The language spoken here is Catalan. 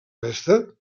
resta